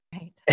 Right